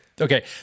okay